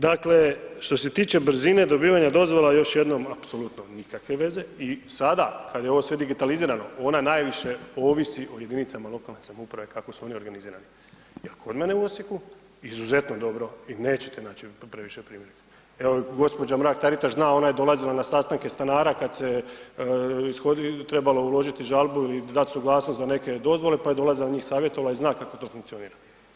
Dakle, što se tiče brzine dobivanja dozvola, još jednom, apsolutno nikakve veze i sada kad je ovo sve digitalizirano, ona najviše ovisi o jedinicama lokalne samouprave kako su oni organizirani jer kod mene u Osijeku izuzetno je dobro i nećete naći previše … [[Govornik se ne razumije]] Evo i gđa. Mrak Taritaš zna, ona je dolazila na sastanke stanara kad se trebalo uložiti žalbu ili dat suglasnost za neke dozvole, pa je dolazila, njih savjetovala i zna kako to funkcionira.